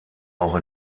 auch